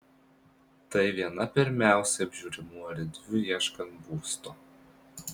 tai viena pirmiausiai apžiūrimų erdvių ieškant būsto